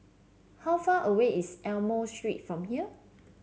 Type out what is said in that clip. how far away is Almond Street from here